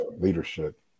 leadership